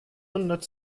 hundert